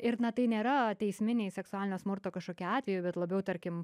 ir na tai nėra teisminiai seksualinio smurto kažkokie atvejai bet labiau tarkim